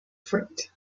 freight